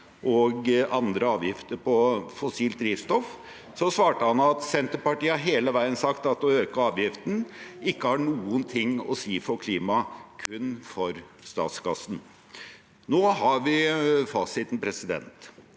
og andre avgifter på fossilt drivstoff, svarte han at Senterpartiet hele tiden har sagt at å øke avgiften ikke har noen ting å si for klimaet, kun for statskassen. Nå har vi fasiten.